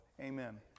Amen